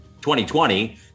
2020